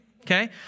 Okay